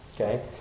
Okay